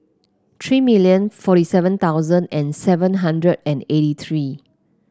three million forty seven thousand and seven hundred and eighty three